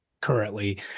currently